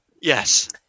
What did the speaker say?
Yes